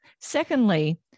secondly